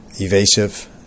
Evasive